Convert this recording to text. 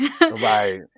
Right